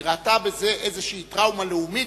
היא ראתה בזה איזושהי טראומה לאומית.